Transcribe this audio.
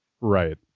right